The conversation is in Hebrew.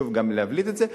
שחשוב גם להבליט את זה.